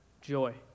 joy